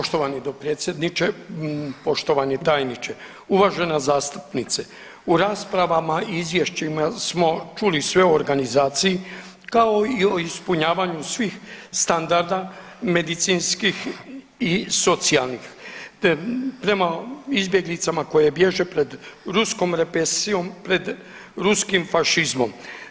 Poštovani dopredsjedniče, poštovani tajniče, uvažena zastupnice u raspravama i izvješćima smo čuli sve o organizaciji kao i o ispunjavanju svih standarda medicinskih i socijalnih te prema izbjeglicama koje bježe pred ruskom represijom, pred ruskim fašizmom.